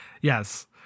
Yes